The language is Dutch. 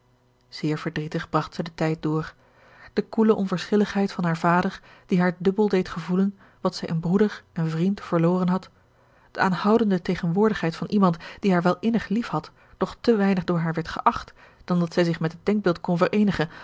zeer verdrietig bragt zij de tijd door de koele onverschilligheid van haren vader die haar dubbel deed gevoelen wat zij in broeder en vriend verloren had de aanhoudende tegenwoordigheid van iemand die haar wel innig lief had doch te weinig door haar werd geacht dan dat zij zich met het denkbeeld kon